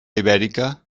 ibèrica